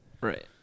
Right